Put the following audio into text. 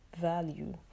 value